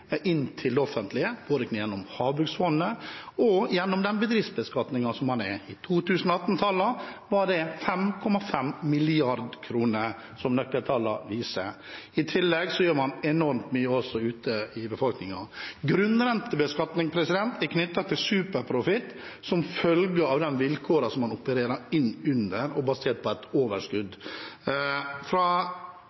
inn til det offentlige, både gjennom Havbruksfondet og gjennom den bedriftsbeskatningen man har. I 2018 var det 5,5 mrd. kr, som nøkkeltallene viser. I tillegg gjør man enormt mye også ute i befolkningen. Grunnrentebeskatning er knyttet til superprofitt, som følger av de vilkårene man opererer under, og er basert på